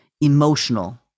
emotional